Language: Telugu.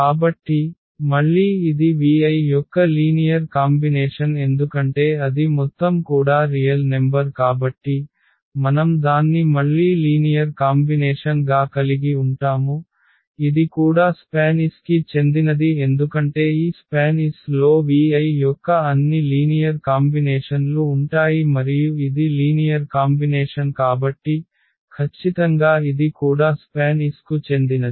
కాబట్టి మళ్ళీ ఇది vi యొక్క లీనియర్ కాంబినేషన్ ఎందుకంటే అది మొత్తం కూడా రియల్ నెంబర్ కాబట్టి మనం దాన్ని మళ్ళీ లీనియర్ కాంబినేషన్ గా కలిగి ఉంటాము ఇది కూడా SPAN S కి చెందినది ఎందుకంటే ఈ SPAN S లో vi యొక్క అన్ని లీనియర్ కాంబినేషన్ లు ఉంటాయి మరియు ఇది లీనియర్ కాంబినేషన్ కాబట్టి ఖచ్చితంగా ఇది కూడా SPAN S కు చెందినది